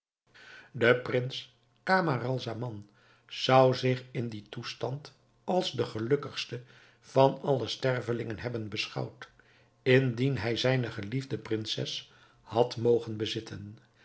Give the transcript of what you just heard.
de prins camaralzaman zou zich in dien toestand als de gelukkigste van alle stervelingen hebben beschouwd indien hij zijne geliefde prinses had mogen bezitten